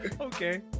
Okay